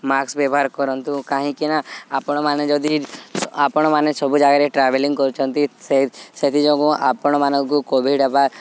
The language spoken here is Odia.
ମାସ୍କ ବ୍ୟବହାର କରନ୍ତୁ କାହିଁକି ନା ଆପଣମାନେ ଯଦି ଆପଣମାନେ ସବୁ ଜାଗାରେ ଟ୍ରାଭେଲିଂ କରୁଛନ୍ତି ସେ ସେଥିଯୋଗୁଁ ଆପଣମାନଙ୍କୁ କୋଭିଡ୍ ହେବା